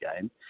game